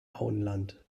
auenland